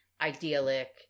idyllic